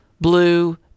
blue